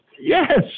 Yes